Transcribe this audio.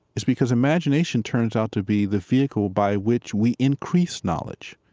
is because imagination turns out to be the vehicle by which we increase knowledge.